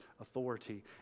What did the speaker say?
authority